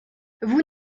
vous